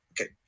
Okay